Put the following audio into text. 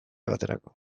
baterako